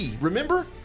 Remember